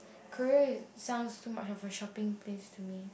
Korea is sounds too much of a shopping place to me